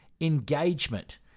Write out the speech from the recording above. engagement